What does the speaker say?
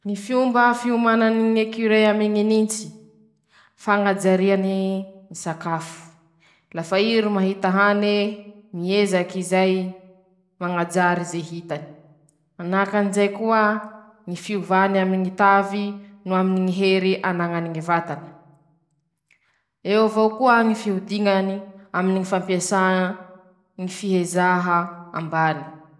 <...>Fomba añajariany ñy kolibria <Kôkôrikôo>ñy angovo aminy ñy fitiliñany malaky mare ñy fampiasany ñy angovo bakaminy ñy sakafo haniny, manahaky anizay koa ñy fahaiza manaony aminy ñy fitiliña malaky noho ñy fisoroha ñy nintsy<...>.